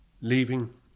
leaving